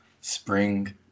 spring